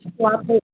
अच्छा तो आप लोग